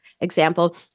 example